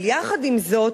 אבל יחד עם זאת,